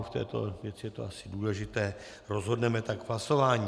V této věci je to asi důležité, rozhodneme tak v hlasování.